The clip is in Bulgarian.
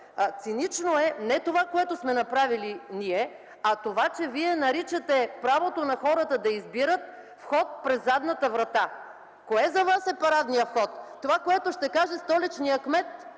Цинично е не това, което сме направили ние, а това, че Вие наричате правото на хората да избират „вход през задната врата”. Кое за Вас е парадният вход? Това, което ще каже столичният кмет?